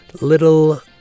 little